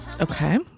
okay